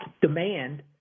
demand